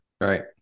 Right